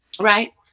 right